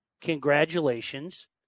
Congratulations